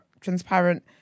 transparent